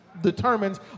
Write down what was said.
determines